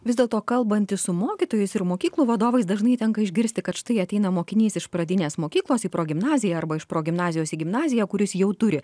vis dėlto kalbantis su mokytojais ir mokyklų vadovais dažnai tenka išgirsti kad štai ateina mokinys iš pradinės mokyklos į progimnaziją arba iš progimnazijos į gimnaziją kuris jau turi